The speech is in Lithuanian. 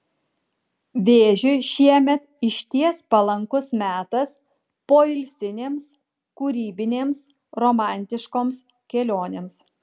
vėžiui šiemet išties palankus metas poilsinėms kūrybinėms romantiškoms kelionėms